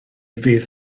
fydd